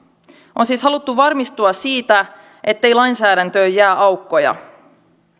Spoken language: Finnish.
on siis haluttu varmistua siitä ettei lainsäädäntöön jää aukkoja